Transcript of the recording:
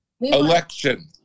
Election